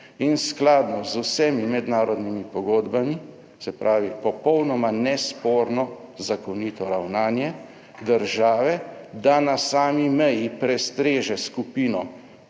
in skladno z vsemi mednarodnimi pogodbami, se pravi, popolnoma nesporno zakonito ravnanje države, da na sami meji prestreže skupino,